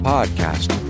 Podcast